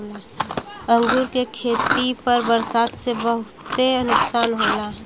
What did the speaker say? अंगूर के खेती पर बरसात से बहुते नुकसान होला